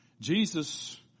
Jesus